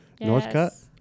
Northcutt